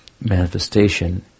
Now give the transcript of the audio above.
manifestation